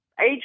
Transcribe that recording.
Age